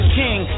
king